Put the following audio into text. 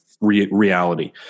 reality